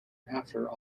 after